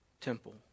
Temple